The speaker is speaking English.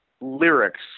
lyrics